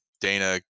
dana